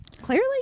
clearly